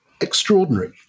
extraordinary